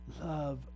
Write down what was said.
Love